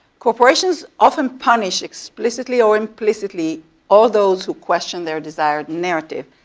corporations often punish explicitly or implicitly all those who question their desired narrative.